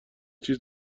چیز